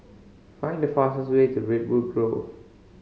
find the fastest way to Redwood Grove